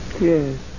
Yes